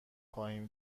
خواهیم